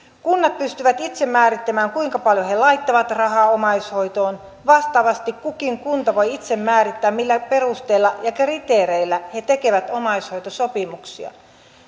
kunnat pystyvät itse määrittämään kuinka paljon he laittavat rahaa omaishoitoon vastaavasti kukin kunta voi itse määrittää millä perusteella ja kriteereillä he tekevät omaishoitosopimuksia